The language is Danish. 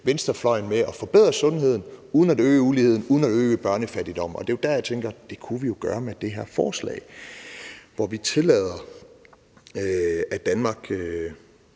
venstrefløjen med at forbedre sundheden uden at øge uligheden, uden at øge børnefattigdommen? Det er jo der, hvor jeg tænker, at det kunne vi gøre med det her forslag, hvor vi tillader, at Danmark